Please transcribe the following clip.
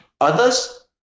others